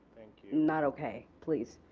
not okay. please.